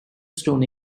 stone